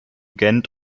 gent